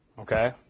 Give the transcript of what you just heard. okay